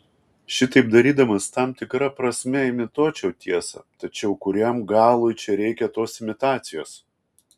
šitaip darydamas tam tikra prasme imituočiau tiesą tačiau kuriam galui čia reikia tos imitacijos